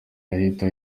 ahita